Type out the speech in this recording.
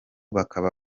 bakaba